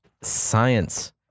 science